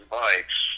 bikes